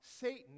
Satan